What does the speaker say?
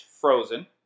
frozen